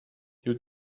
you